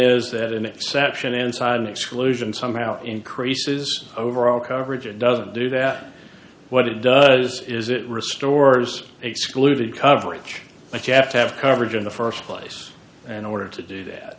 is that an exception inside an exclusion somehow increases overall coverage it doesn't do that what it does is it restores excluded coverage but you have to have coverage in the st place an order to do that